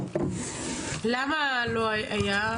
למה לא היה?